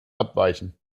abweichen